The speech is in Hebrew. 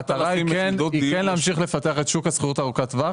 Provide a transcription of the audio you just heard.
המטרה היא כן להמשיך לפתח את שוק השכירות ארוכת הטווח.